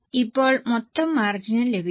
ഇപ്പോൾ മൊത്തം മാർജിനും ലഭിക്കും